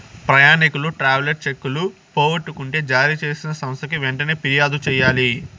ప్రయాణికులు ట్రావెలర్ చెక్కులు పోగొట్టుకుంటే జారీ చేసిన సంస్థకి వెంటనే ఫిర్యాదు చెయ్యాలి